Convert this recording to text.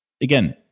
again